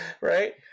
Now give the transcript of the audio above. right